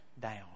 down